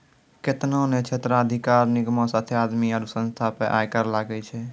केतना ने क्षेत्राधिकार निगमो साथे आदमी आरु संस्था पे आय कर लागै छै